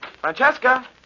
Francesca